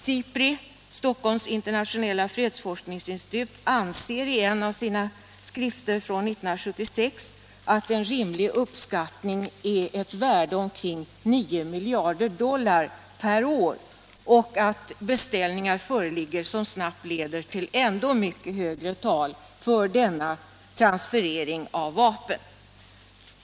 SIPRI, Stockholms internationella fredsforskningsinstitut, anser i en av sina skrifter från 1976 att en rimlig uppskattning är ett värde omkring 9 miljarder dollar per år och att beställningar föreligger som snabbt leder till ännu mycket högre tal för denna transferering av vapen.